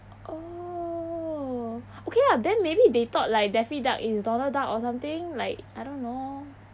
oh okay lah then maybe they thought like daffy duck is donald duck or something like I don't know